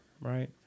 right